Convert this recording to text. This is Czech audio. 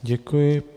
Děkuji.